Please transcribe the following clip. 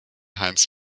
heinz